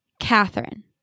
Catherine